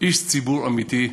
איש ציבור אמיתי,